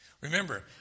Remember